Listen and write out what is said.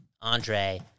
Andre